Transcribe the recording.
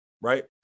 right